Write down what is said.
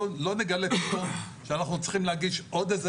לא נגלה פתאום שאנחנו צריכים להגיש עוד איזה